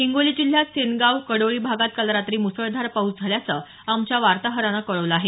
हिंगोली जिल्ह्यात सेनगाव कडोळी भागात काल रात्री मुसळधार पाऊस झाल्याचं आमच्या वातोहरान कळवलं आहे